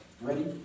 Ready